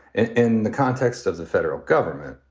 in the context of the federal government,